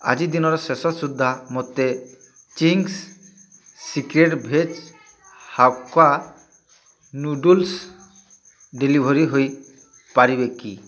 ଆଜି ଦିନର ଶେଷ ସୁଦ୍ଧା ମୋତେ Ching's secret veg hakka noodles deliver ହୋଇପାରିବେ କି